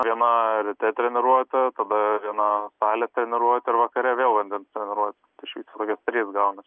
viena ryte treniruotė tada viena salės treniruotė ir vakare vėl vandens treniruotė tai šiaip kokios trys gaunas